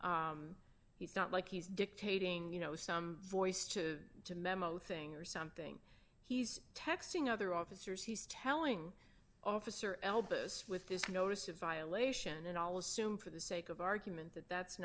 he's not like he's dictating you know some voice to a memo thing or something he's texting other officers he's telling officer albus with this notice of violation and all assume for the sake of argument that that's